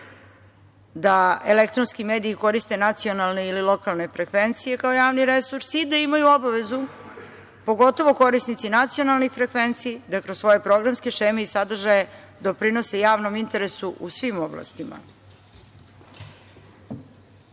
da elektronski mediji koriste nacionalne ili lokalne frekvencije kao javni resurs i da imaju obavezu, pogotovo korisnici nacionalne frekvencije da kroz svoje programske šeme i sadržaje doprinose javnom interesu u svim oblastima.